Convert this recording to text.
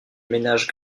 ménage